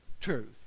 truth